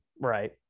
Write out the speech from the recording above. Right